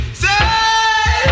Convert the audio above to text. say